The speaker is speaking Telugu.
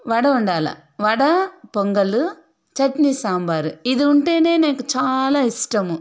వడ ఉండాలి వడా పొంగలు చట్నీ సాంబారు ఇది ఉంటేనే నాకు చాలా ఇష్టము